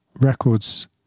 records